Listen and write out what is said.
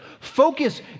Focus